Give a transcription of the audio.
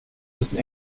müssen